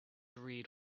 read